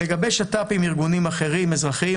לגבי שת"פ עם ארגונים אחרים אזרחיים,